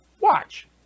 Watch